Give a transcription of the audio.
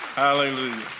Hallelujah